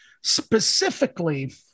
specifically